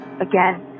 Again